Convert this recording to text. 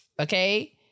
okay